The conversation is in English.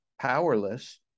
powerless